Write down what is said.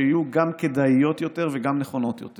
שיהיו גם כדאיות יותר וגם נכונות יותר,